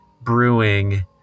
brewing